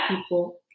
people